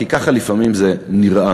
כי ככה לפעמים זה נראה.